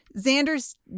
Xander's